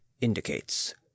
indicates